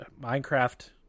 minecraft